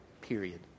Period